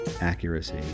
accuracy